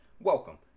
welcome